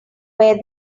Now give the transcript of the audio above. were